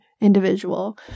individual